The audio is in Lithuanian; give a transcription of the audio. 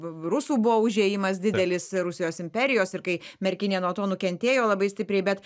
rusų buvo užėjimas didelis rusijos imperijos ir kai merkinė nuo to nukentėjo labai stipriai bet